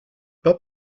pas